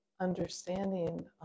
understanding